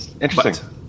interesting